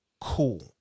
cool